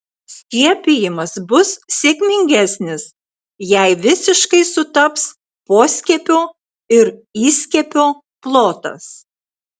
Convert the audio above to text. skiepijimas bus sėkmingesnis jei visiškai sutaps poskiepio ir įskiepio plotas